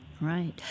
right